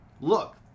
look